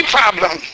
problem